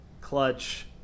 Clutch